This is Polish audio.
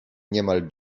niemal